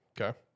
Okay